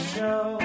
Show